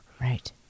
Right